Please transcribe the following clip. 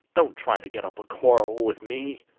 don't try to get up a quarrel with me